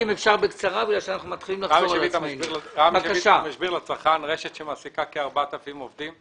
המשביר לצרכן, רשת שמעסיקה כ-4,000 עובדים.